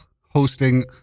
hosting